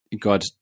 God